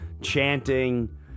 chanting